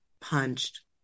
punched